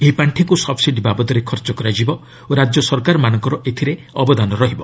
ଏହି ପାର୍ଷିକୁ ସବ୍ସିଡ଼ି ବାବଦରେ ଖର୍ଚ୍ଚ କରାଯିବ ଓ ରାଜ୍ୟ ସରକରମାନଙ୍କର ଏଥିରେ ଅବଦାନ ରହିବ